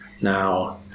Now